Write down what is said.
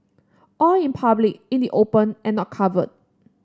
all in public in the open and not covered